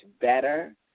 better